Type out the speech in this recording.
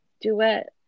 duet